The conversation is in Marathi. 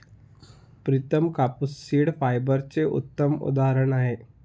प्रितम कापूस सीड फायबरचे उत्तम उदाहरण आहे